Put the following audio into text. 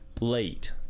late